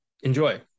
enjoy